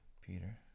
Peter